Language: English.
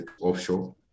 offshore